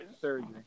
surgery